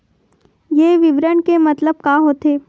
ये विवरण के मतलब का होथे?